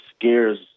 scares